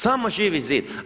Samo Živi zid.